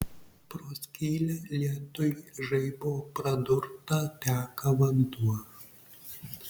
pro skylę lietuj žaibo pradurtą teka vanduo